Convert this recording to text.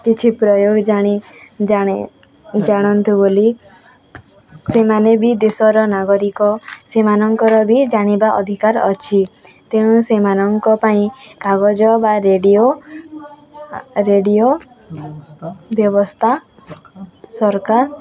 କିଛି ପ୍ରୟୋଗ ଜାଣି ଜାଣନ୍ତୁ ବୋଲି ସେମାନେ ବି ଦେଶର ନାଗରିକ ସେମାନଙ୍କର ବି ଜାଣିବା ଅଧିକାର ଅଛି ତେଣୁ ସେମାନଙ୍କ ପାଇଁ କାଗଜ ବା ରେଡ଼ିଓ ରେଡ଼ିଓ ବ୍ୟବସ୍ଥା ସରକାର